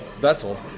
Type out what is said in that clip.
vessel